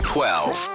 Twelve